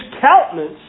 countenance